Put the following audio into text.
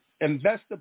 investor